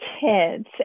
kids